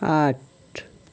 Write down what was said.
आठ